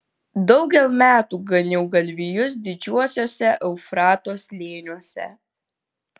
daugel metų ganiau galvijus didžiuosiuose eufrato slėniuose